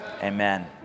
amen